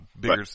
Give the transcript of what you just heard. Bigger